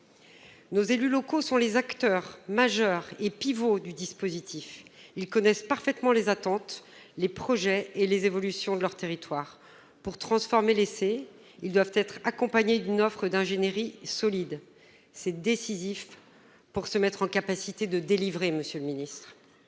Nos élus locaux sont les acteurs majeurs et les pivots du dispositif. Ils connaissent parfaitement les attentes, les projets et les évolutions de leurs territoires. Pour transformer l'essai, ils doivent être accompagnés d'une offre d'ingénierie solide. C'est décisif pour être en capacité de « délivrer », monsieur le ministre.